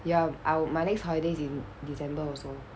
ya our my next holiday is in december also